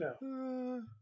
No